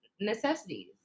necessities